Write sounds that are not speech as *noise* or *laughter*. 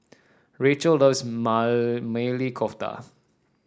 Rachael loves *unintelligible* Maili Kofta